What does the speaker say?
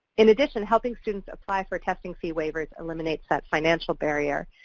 in addition, helping students apply for testing fee waivers eliminates that financial barrier.